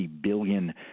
billion